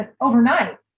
overnight